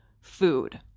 food